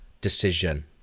decision